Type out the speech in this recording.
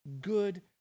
good